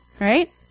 right